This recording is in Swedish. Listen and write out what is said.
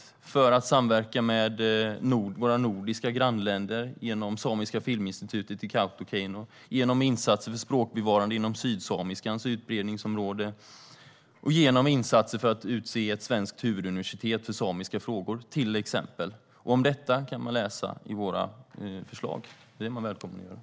Det handlar också om att samverka med våra nordiska grannländer genom samiska filminstitutet i Kautokeino, genom insatser för språkbevarande inom sydsamiskans utbredningsområde och genom insatser för att utse ett svenskt huvuduniversitet för samiska frågor, till exempel. Om detta kan man läsa i våra förslag. Det är man välkommen att göra.